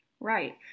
Right